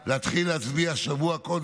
להתחיל להצביע שבוע קודם,